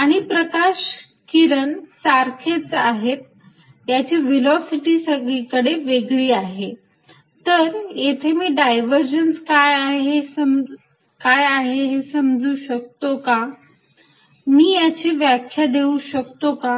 आणि प्रकाश किरण सारखेच याची व्हेलॉसिटी सगळीकडे वेगळी आहे तर येथे मी डायव्हरजन्स काय आहे हे समजू शकतो का मी याची व्याख्या देऊ शकतो का